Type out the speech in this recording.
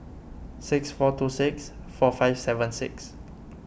six four two six four five seven six